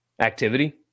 activity